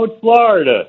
Florida